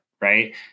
right